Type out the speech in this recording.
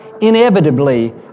inevitably